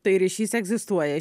tai ryšys egzistuoja